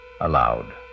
aloud